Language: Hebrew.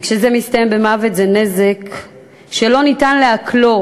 וכשזה מסתיים במוות זה נזק שלא ניתן לעכלו,